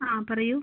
ആ പറയൂ